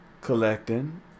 collecting